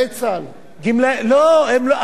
הסדירים לא קיבלו,